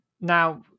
now